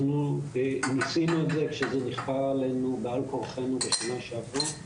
אנחנו ניסינו את זה כשזה נכפה עלינו בעל כורחנו בשנה שעברה.